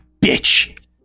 bitch